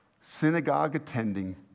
synagogue-attending